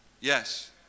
Yes